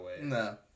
No